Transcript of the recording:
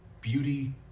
beauty